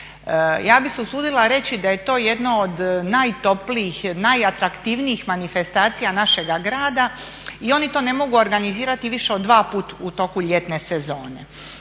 Ja bih se usudila reći da je to jedno od najtoplijih, najatraktivnijih manifestacija našega grada i oni to ne mogu organizirati više od 2 puta u toku ljetne sezone.